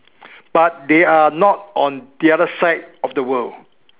but they are not on the other side of the world